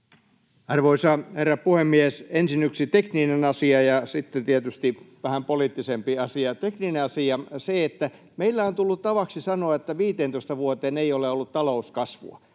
Arvoisa herra puhemies! Ensin yksi tekninen asia, ja sitten tietysti vähän poliittisempi asia: Tekninen asia on se, että meillä on tullut tavaksi sanoa, että 15 vuoteen ei ole ollut talouskasvua.